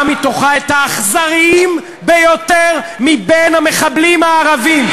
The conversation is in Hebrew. מתוכה את האכזריים ביותר מבין המחבלים הערבים,